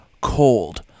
Cold